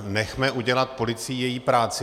Nechme udělat policii její práci.